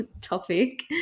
topic